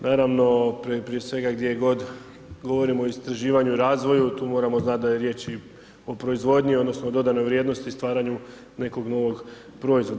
Naravno prije svega gdje god govorimo o istraživanju i razvoju tu moramo znati da je riječ i o proizvodnji odnosno dodanoj vrijednosti i stvaranju nekog novog proizvoda.